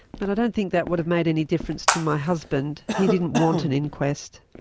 but i don't think that would have made any difference to my husband. he didn't want an inquest.